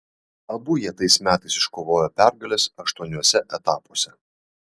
abu jie tais metais iškovojo pergales aštuoniuose etapuose